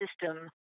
system